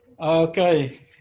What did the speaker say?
Okay